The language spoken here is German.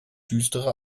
düstere